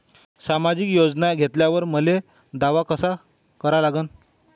सामाजिक योजना घेतल्यावर मले दावा कसा करा लागन?